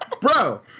Bro